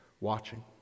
watching